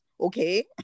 Okay